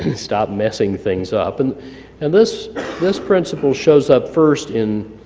stop messing things up. and and this this principle shows up first in